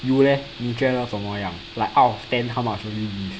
you leh 你觉得怎么样 like out of ten how much will you give